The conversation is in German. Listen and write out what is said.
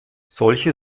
solche